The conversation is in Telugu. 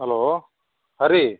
హలో హరి